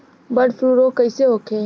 Bird flu रोग कईसे होखे?